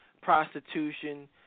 prostitution